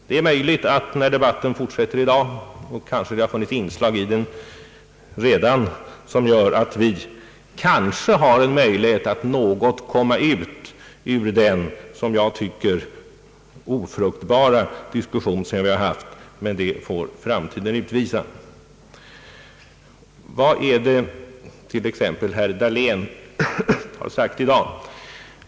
Det är möjligt att vi när debatten fortsätter i dag skall finna, att vi har kommit något bort från den som jag tycker ofruktbara diskussion som vi hittills har haft — kanske har det redan funnits inslag i debatten som tyder härpå — men det får framtiden utvisa. Vad är det t.ex. herr Dahlén har sagt i dag?